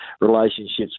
relationships